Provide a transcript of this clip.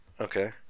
Okay